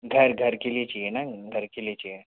घर घर के लिए चाहिए न घर के लिए चाहिए